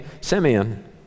Simeon